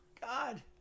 god